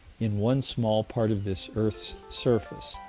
in one small part of this earth's surface,